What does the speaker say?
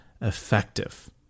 effective